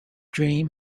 dream